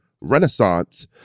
Renaissance